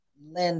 Linda